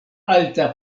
alta